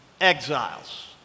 exiles